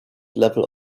level